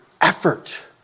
effort